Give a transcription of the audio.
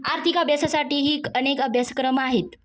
आर्थिक अभ्यासासाठीही अनेक अभ्यासक्रम आहेत